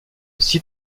site